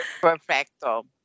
perfecto